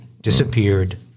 disappeared